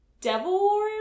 Devil